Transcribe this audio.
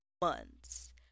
months